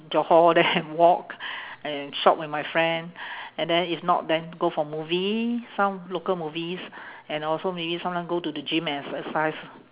johor there and walk and shop with my friend and then if not then go for movie some local movies and also maybe sometime go to the gym and exercise